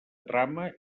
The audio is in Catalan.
trama